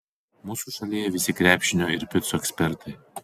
mūsų šalyje visi krepšinio ir picų ekspertai